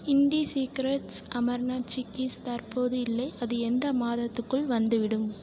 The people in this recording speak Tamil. இண்டி ஸீக்ரெட்ஸ் அமர்நாத் சிக்கீஸ் தற்போது இல்லை அது எந்த மாதத்துக்குள் வந்துவிடும்